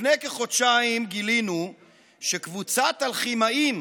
לפני כחודשיים גילינו שקבוצת אלכימאים